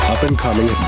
up-and-coming